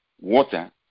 water